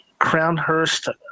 Crownhurst